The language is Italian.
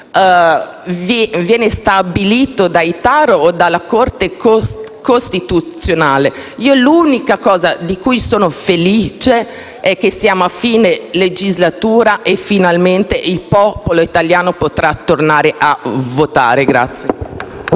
viene sancito dai TAR o dalla Corte costituzionale. L'unica cosa di cui sono felice è che siamo a fine legislatura e finalmente il popolo italiano potrà tornare a votare.